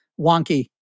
wonky